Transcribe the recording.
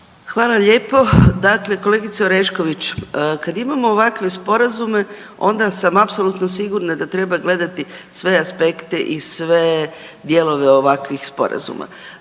Hvala lijepo. Dakle kolegice Orešković kada imamo ovakve sporazume onda sam apsolutno sigurna da treba gledati sve aspekte i sve dijelove ovakvih sporazuma.